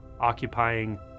Occupying